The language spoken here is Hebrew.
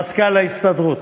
מזכ"ל ההסתדרות.